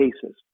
cases